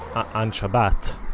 on shabbat ah,